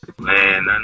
Man